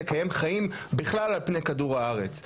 לקיים חיים בכלל על פני כדור הארץ.